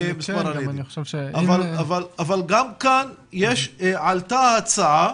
אבל אם אחשוב --- גם כאן עלתה ההצעה